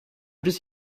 just